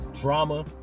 drama